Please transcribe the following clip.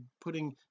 putting